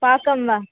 पाकं वा